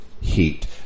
heat